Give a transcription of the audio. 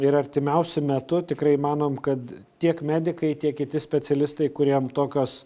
ir artimiausiu metu tikrai manom kad tiek medikai tiek kiti specialistai kuriem tokios